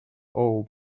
all